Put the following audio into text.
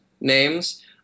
names